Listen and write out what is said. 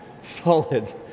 solid